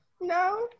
No